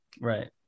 Right